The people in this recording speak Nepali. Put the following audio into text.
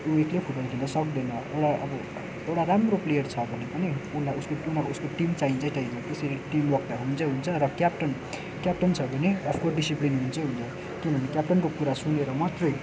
ऊ एक्लै फुटबल खेल्न सक्दैन एउटा अब एउटा राम्रो प्लेयर छ भने पनि उसलाई उसको टिम चाहिन्छै चाहिन्छ त्यसरी टिमवर्क त हुन्छै हुन्छ र क्याप्टन क्याप्टन्सहरू नै आफ्नो डिसिप्लिन हुन्छै हुन्छ किनभने क्याप्टनको कुरा सुनेर मात्रै